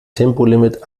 tempolimit